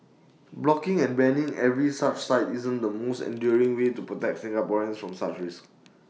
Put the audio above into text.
blocking and banning every such site isn't the most enduring way to protect Singaporeans from such risks